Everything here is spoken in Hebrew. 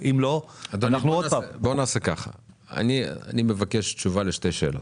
אני מבקש תשובה לשתי שאלות.